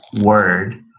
word